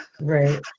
Right